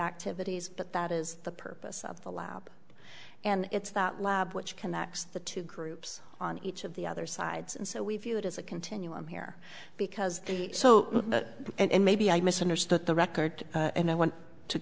activities but that is the purpose of the lab and it's that lab which connects the two groups on each of the other sides and so we view it as a continuum here because so that and maybe i misunderstood the record and i went to